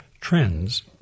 trends